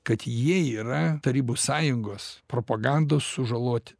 kad jie yra tarybų sąjungos propagandos sužaloti